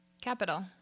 capital